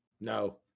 No